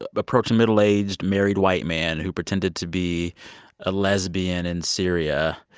ah approaching middle-aged, married white man who pretended to be a lesbian in syria